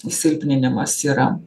silpninimas yra